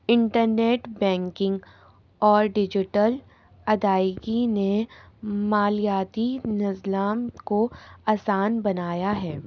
internet banking اور digital ادائیگی نے مالیاتی نظام کو آسان بنایا ہے